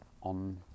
on